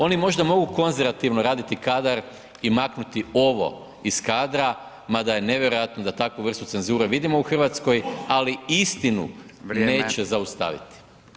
Oni možda mogu konzervativno raditi kadar i maknuti ovo iz kadra, mada je nevjerojatno da takvu vrstu cenzure vidimo u Hrvatskoj ali istinu neće zaustaviti.